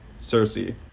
cersei